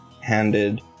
handed